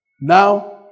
Now